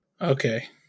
Okay